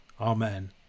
Amen